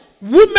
women